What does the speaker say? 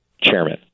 chairman